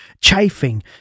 chafing